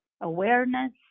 awareness